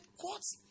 courts